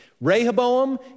Rehoboam